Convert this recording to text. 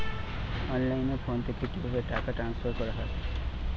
অনলাইনে ফোন থেকে কিভাবে টাকা ট্রান্সফার করা হয়?